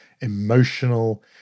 emotional